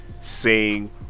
sing